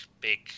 big